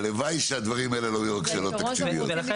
הלוואי שהדברים האלה לא היו שאלות תקציביות.